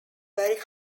very